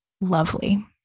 lovely